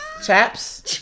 Chaps